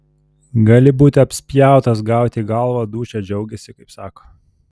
gali būti apspjautas gauti į galvą dūšia džiaugiasi kaip sako